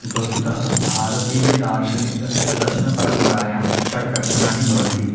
वस्तुतः भारतीय दार्शनिक दर्श दर्शन परम्परायां षड्दर्शनानि भवन्ति